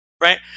right